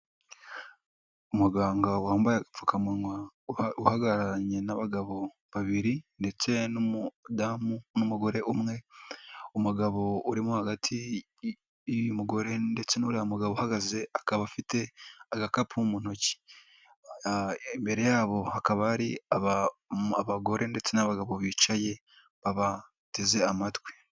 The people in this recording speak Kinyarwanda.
Umuganga wambaye agapfukamunwa uhagararanye n'abagabo babiri ndetse n'umudamu n'umugore umwe, umugabo urimo hagati y'uy'umugore ndetse n'uriya mugabo uhagaze akaba afite agakapu mu ntoki, imbere yabo hakaba hari abagore ndetse n'abagabo bicaye babateze amatwi.